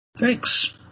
Thanks